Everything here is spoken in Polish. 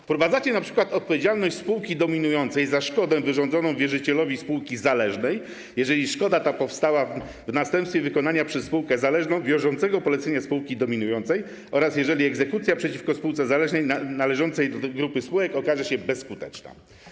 Wprowadzacie np. odpowiedzialność spółki dominującej za szkodę wyrządzoną wierzycielowi spółki zależnej, jeżeli szkoda ta powstała w następstwie wykonania przez spółkę zależną wiążącego polecenia spółki dominującej oraz jeżeli egzekucja przeciwko spółce zależnej należącej do grupy spółek okaże się bezskuteczna.